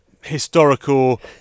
historical